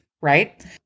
Right